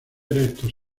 erectos